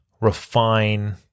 refine